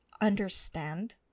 understand